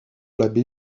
l’abbé